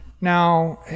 now